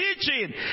teaching